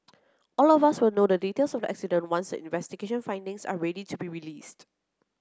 all of us will know the details of the accident once the investigation findings are ready to be released